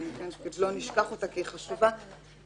לא נשכח אותה כי היא חשובה.